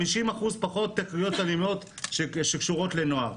50% פחות תקריות אלימות שקשורות לנוער,